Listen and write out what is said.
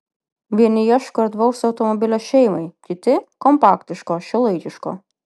vieni ieško erdvaus automobilio šeimai kiti kompaktiško šiuolaikiško